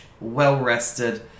well-rested